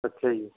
ਅੱਛਾ ਜੀ